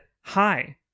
hi